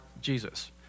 Jesus